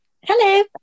Hello